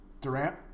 Durant